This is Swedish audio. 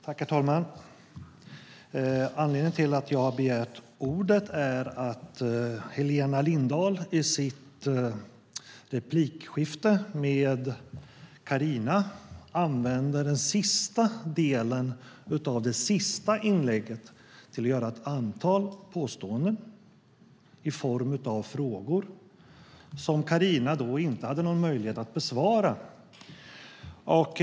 Herr talman! Anledningen till att jag har begärt ordet är att Helena Lindahl i sitt replikskifte med Carina Adolfsson Elgestam använde den sista delen av den sista repliken till att göra ett antal påståenden i form av frågor som Carina inte hade möjlighet att besvara.